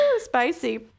spicy